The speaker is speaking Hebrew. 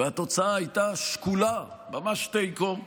והתוצאה הייתה שקולה, ממש תיקו,